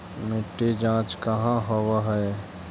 मिट्टी जाँच कहाँ होव है?